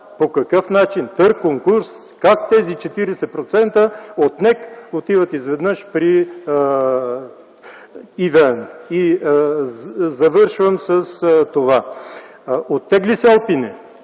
По какъв начин – с търг, с конкурс? Как тези 40% от НЕК отиват изведнъж при ЕВН? Завършвам с това – оттегля се „Алпине”,